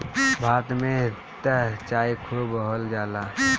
भारत में त चाय खूब बोअल जाला